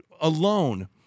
alone